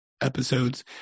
episodes